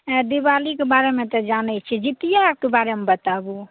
दिवालीके बारेमे तऽ जानैत छी जितिआके बारेमे बताबू